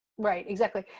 right, exactly.